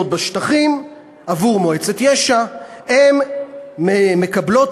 בשטחים עבור מועצת יש"ע הן מקבלות,